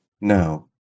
No